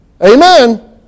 amen